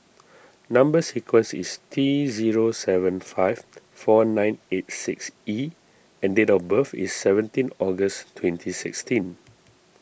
Number Sequence is T zero seven five four nine eight six E and date of birth is seventeen August twenty sixteen